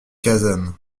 kazan